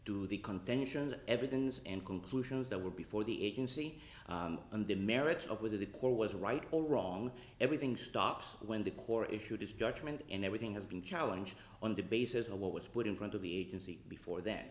the contention evidence and conclusions that were before the agency and the merits of whether the war was right or wrong everything stopped when the core issued its judgment and everything has been challenge on the basis of what was put in front of the agency before that